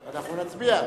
אנחנו נצביע.